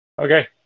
Okay